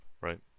right